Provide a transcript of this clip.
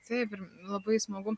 taip ir labai smagu